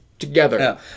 together